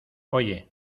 oye